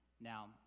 Now